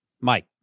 Mike